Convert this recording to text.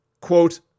quote